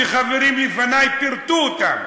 שחברים לפני פירטו אותם,